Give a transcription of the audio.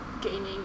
gaining